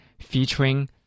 featuring